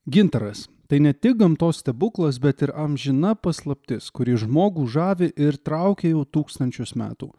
gintaras tai ne tik gamtos stebuklas bet ir amžina paslaptis kuri žmogų žavi ir traukia jau tūkstančius metų